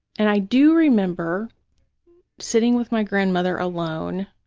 and i do remember sitting with my grandmother alone